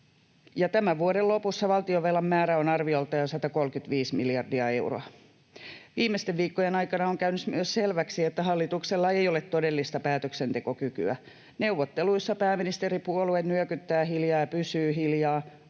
tämän vuoden lopussa valtionvelan määrä on arviolta jo 135 miljardia euroa. Viimeisten viikkojen aikana on käynyt myös selväksi, että hallituksella ei ole todellista päätöksentekokykyä. Neuvotteluissa pääministeripuolue nyökyttää hiljaa ja pysyy hiljaa,